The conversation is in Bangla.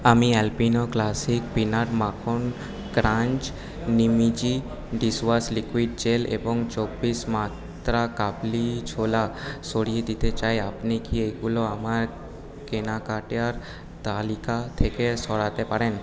আমি অ্যালপিনো ক্লাসিক পিনাট মাখন ক্রাঞ্চ নিমিজি ডিশওয়াশ লিকুইড জেল এবং চব্বিশ মাত্রা কাবলি ছোলা সরিয়ে দিতে চাই আপনি কি এগুলো আমার কেনাকাটার তালিকা থেকে সরাতে পারেন